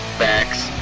facts